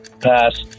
Pass